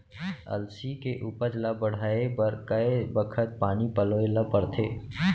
अलसी के उपज ला बढ़ए बर कय बखत पानी पलोय ल पड़थे?